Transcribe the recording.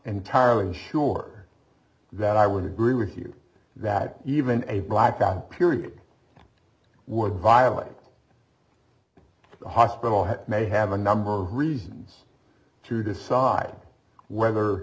entirely sure that i would agree with you that even a blackout period would violate the hospital had may have a number of reasons to decide whether